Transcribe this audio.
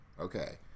Okay